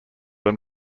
them